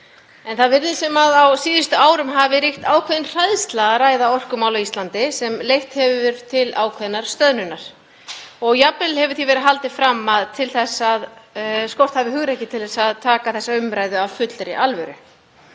Það virðist sem að á síðustu árum hafi ríkt ákveðin hræðsla við að ræða orkumál á Íslandi sem leitt hefur til ákveðinnar stöðnunar og jafnvel hefur því verið haldið fram að skort hafi hugrekki til þess að taka þessa umræðu af fullri alvöru.